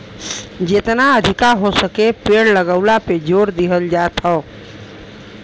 जेतना अधिका हो सके पेड़ लगावला पे जोर दिहल जात हौ